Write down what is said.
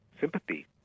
sympathy